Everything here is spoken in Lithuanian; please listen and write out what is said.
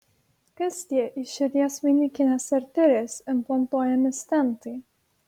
kas tie į širdies vainikines arterijas implantuojami stentai